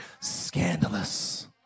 Scandalous